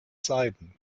seiten